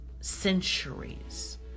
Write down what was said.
centuries